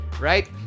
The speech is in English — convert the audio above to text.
right